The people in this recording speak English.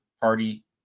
Party